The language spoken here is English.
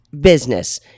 business